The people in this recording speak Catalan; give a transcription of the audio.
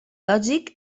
lògic